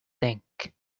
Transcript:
think